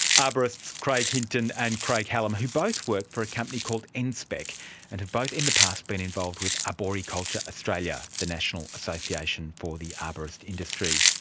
arborists craig hinton and craig hallam, who both work for a company called enspec and have both in the past been involved with arboriculture australia, the national association for the arborist industry.